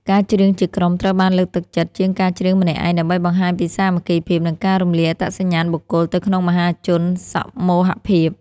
ការច្រៀងជាក្រុមត្រូវបានលើកទឹកចិត្តជាងការច្រៀងម្នាក់ឯង ដើម្បីបង្ហាញពីសាមគ្គីភាព និងការរំលាយអត្តសញ្ញាណបុគ្គលទៅក្នុងមហាជនសមូហភាព។